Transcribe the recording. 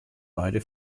beide